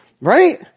right